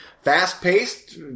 fast-paced